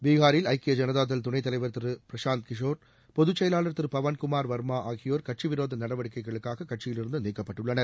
பீகாரில் ஐக்கிய ஜனதாதள் துணைத்தலைவா் திரு பிரஷாந்த் கிஷோா் பொதுச்செயலாளா் திரு பவன்குமார் வர்மா ஆகியோர் கட்சிவிரோத நடவடிக்கைகளுக்காக கட்சியிலிருந்து நீக்கப்பட்டுள்ளனர்